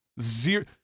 zero